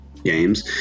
games